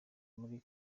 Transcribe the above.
muri